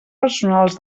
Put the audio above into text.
personals